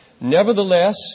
Nevertheless